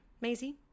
Maisie